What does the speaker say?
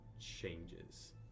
changes